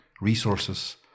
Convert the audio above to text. resources